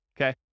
okay